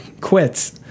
quits